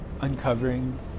uncovering